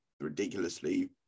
ridiculously